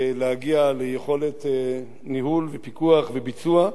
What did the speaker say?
להגיע ליכולת ניהול, פיקוח וביצוע.